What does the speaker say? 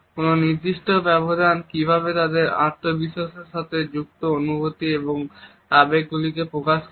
কোনও নির্দিষ্ট ব্যবধান কিভাবে তাদের আত্মবিশ্বাসের সাথে যুক্ত অনুভূতি এবং আবেগুলিকে প্রকাশ করে